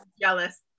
jealous